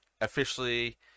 officially